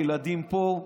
הילדים פה,